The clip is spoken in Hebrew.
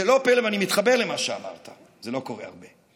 זה לא פלא, ואני מתחבר למה שאמרת זה לא קורה הרבה.